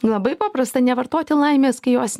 labai paprasta nevartoti laimės kai jos